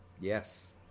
Yes